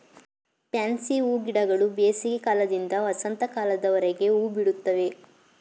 fancy ಹೂಗಿಡಗಳು ಬೇಸಿಗೆ ಕಾಲದಿಂದ ವಸಂತ ಕಾಲದವರೆಗೆ ಹೂಬಿಡುತ್ತವೆ